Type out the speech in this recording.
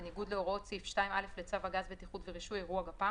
בניגוד להוראות סעיף 2(א) לצו הגז (בטיחות ורישוי) (אירוע גפ"מ),